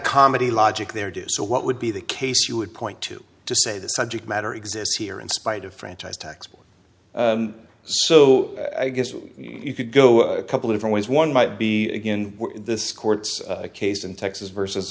comedy logic there do so what would be the case you would point to to say the subject matter exists here in spite of franchise tax board so i guess you could go a couple different ways one might be begin this court case in texas v